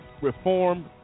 reform